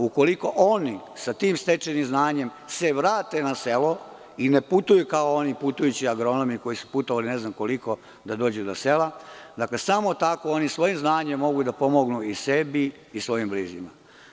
Ukoliko se oni sa tim stečenim znanjem vrate na selo i ne putuju kao oni putujući agronomi koji su putovali ne znam koliko da dođu do sela, samo tako oni svojim znanjem mogu da pomognu i sebi i svojim bližnjima.